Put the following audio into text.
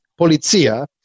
Polizia